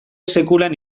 sekulan